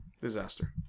Disaster